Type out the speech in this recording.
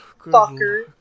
fucker